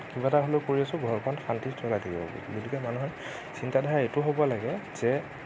কিবা এটা হ'লেও কৰি আছোঁ ঘৰখন শান্তিত চলাই গতিকে মানুহৰ চিন্তাধাৰা এইটো হ'ব লাগে যে